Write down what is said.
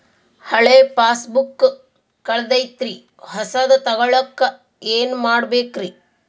ಹಳೆ ಪಾಸ್ಬುಕ್ ಕಲ್ದೈತ್ರಿ ಹೊಸದ ತಗೊಳಕ್ ಏನ್ ಮಾಡ್ಬೇಕರಿ?